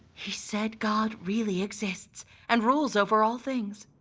he said god really exists and rules over all things.